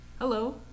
Hello